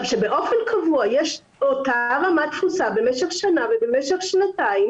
כשבאופן קבוע יש אותה רמת תפוסה במשך שנה ובמשך שנתיים